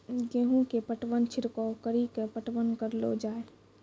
गेहूँ के पटवन छिड़काव कड़ी के पटवन करलो जाय?